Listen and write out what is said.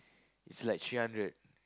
is like three hundred